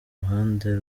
ruhande